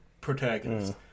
protagonist